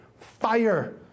fire